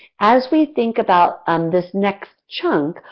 as we think about um this next chunk,